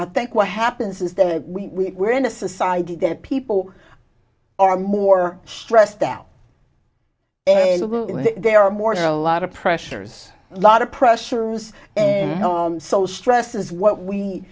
i think what happens is that we are in a society that people are more stressed out there are more than a lot of pressures lot of pressures so stress is what we